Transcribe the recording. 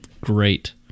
great